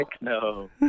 no